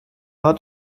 hat